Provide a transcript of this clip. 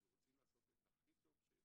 אנחנו רוצים לעשות את הכי טוב שאפשר